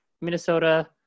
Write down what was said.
Minnesota